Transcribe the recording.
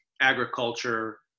agriculture